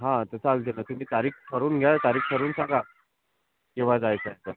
हो त्याचा विचार ना तुम्ही तारीख ठरवून घ्या तारीख ठरवून सांगा केव्हा जायचं आहे आपण